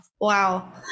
wow